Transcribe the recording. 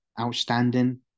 outstanding